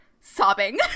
sobbing